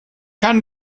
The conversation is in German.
kann